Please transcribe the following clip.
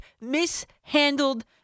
mishandled